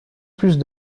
plus